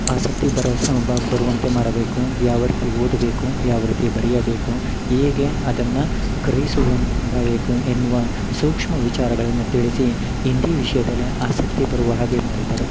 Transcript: ಆಸಕ್ತಿ ಬರಸ ಬರುವಂತೆ ಮಾಡಬೇಕು ಯಾವ ರೀತಿ ಓದಬೇಕು ಯಾವ ರೀತಿ ಬರೆಯಬೇಕು ಹೇಗೆ ಅದನ್ನ ಗ್ರಹಿಸವಂತ್ ಬೇಕು ಎನ್ನುವ ಸೂಕ್ಷ್ಮ ವಿಚಾರಗಳನ್ನ ತಿಳಿಸಿ ಹಿಂದಿ ವಿಷಯದಲ್ಲಿ ಆಸಕ್ತಿ ಬರುವ ಹಾಗೆ ಮಾಡಿದ್ದರು